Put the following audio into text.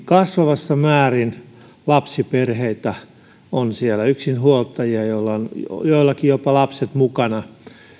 kasvavassa määrin lapsiperheitä yksinhuoltajia joillakin jopa lapset mukana